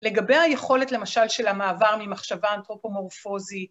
לגבי היכולת למשל של המעבר ממחשבה אנתרופומורפוזית